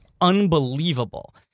Unbelievable